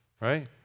right